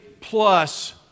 plus